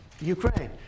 Ukraine